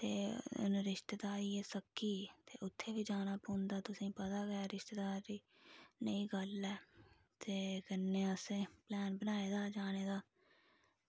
ते हुन रिश्तेदारी ऐ सक्की ते उत्थै बी जाना पौंदा तुसें पता गै रिश्तेदारी नेही गल्ल ऐ ते कन्नै असें पलैन बनाए दा जाने दा